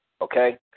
Okay